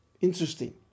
Interesting